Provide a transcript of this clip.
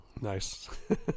Nice